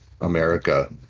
America